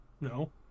No